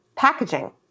Packaging